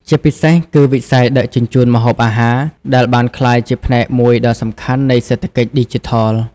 ជាពិសេសគឺវិស័យដឹកជញ្ជូនម្ហូបអាហារ ដែលបានក្លាយជាផ្នែកមួយដ៏សំខាន់នៃសេដ្ឋកិច្ចឌីជីថល។